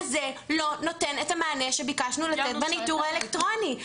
וזה לא נותן את המענה שביקשנו לתת בניטור האלקטרוני.